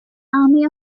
army